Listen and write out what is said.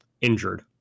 injured